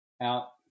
out